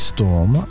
Storm